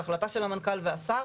זאת החלטה של המנכ"ל והשר.